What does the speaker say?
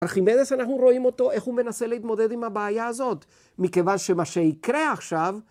ארכימדס אנחנו רואים אותו, איך הוא מנסה להתמודד עם הבעיה הזאת. מכיוון שמה שיקרה עכשיו,